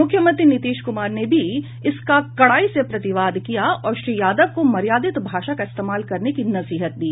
मुख्यमंत्री नीतीश कुमार ने भी इसका कड़ाई से प्रतिवाद किया और श्री यादव को मर्यादित भाषा का इस्तेमाल करने की नसीहत दी